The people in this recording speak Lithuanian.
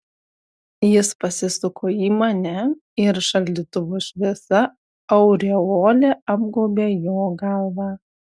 jis pasisuko į mane ir šaldytuvo šviesa aureole apgaubė jo galvą